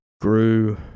grew